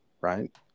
right